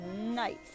Nice